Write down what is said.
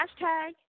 Hashtag